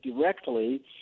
directly